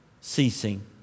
ceasing